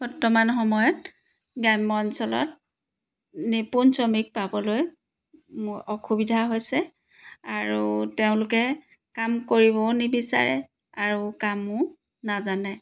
বৰ্তমান সময়ত গ্ৰাম্য অঞ্চলত নিপুন শ্ৰমিক পাবলৈ অসুবিধা হৈছে আৰু তেওঁলোকে কাম কৰিবও নিবিচাৰে আৰু কামো নাজানে